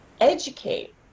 educate